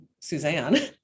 Suzanne